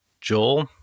Joel